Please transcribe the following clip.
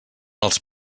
els